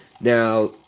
Now